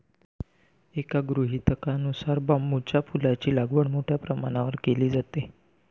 एका गृहीतकानुसार बांबूच्या फुलांची लागवड मोठ्या प्रमाणावर केली जाते